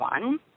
one